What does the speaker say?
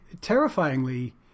Terrifyingly